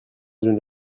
d’une